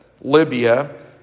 Libya